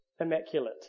immaculate